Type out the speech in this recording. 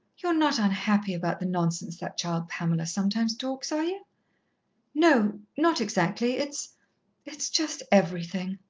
you're not unhappy about the nonsense that child pamela sometimes talks, are you? no, not exactly. it's it's just everything.